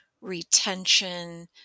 retention